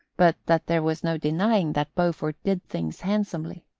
but that there was no denying that beaufort did things handsomely.